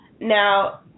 Now